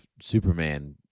Superman